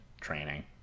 training